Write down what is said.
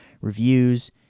reviews